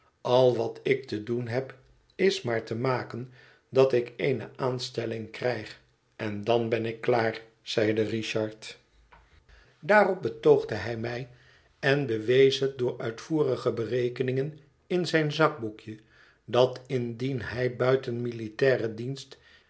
al wat ik te doen heb is maar te maken dat ik eene aanstelling krijg en dan ben ik klaar zeide richard daarop betoogde hij mij en bewees het door uitvoerige berekeningen in zijn zakboekje dat indien hij buiten militairen dienst